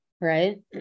right